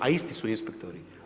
A isti su inspektori.